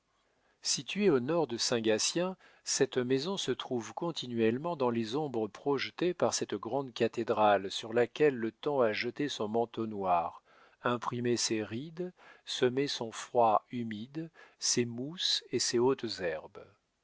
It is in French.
située au nord de saint gatien cette maison se trouve continuellement dans les ombres projetées par cette grande cathédrale sur laquelle le temps a jeté son manteau noir imprimé ses rides semé son froid humide ses mousses et ses hautes herbes